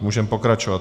Můžeme pokračovat.